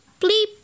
bleep